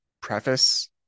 preface